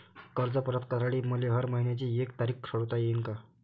कर्ज परत करासाठी मले हर मइन्याची एक तारीख ठरुता येईन का?